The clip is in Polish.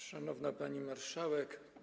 Szanowna Pani Marszałek!